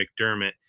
McDermott